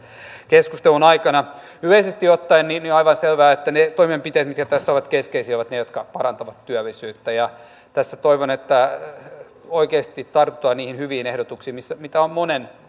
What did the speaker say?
keskustelun aikana yleisesti ottaen on aivan selvää että ne toimenpiteet mitkä tässä ovat keskeisiä ovat ne jotka parantavat työllisyyttä tässä toivon että oikeasti tartutaan niihin hyviin ehdotuksiin mitä on monen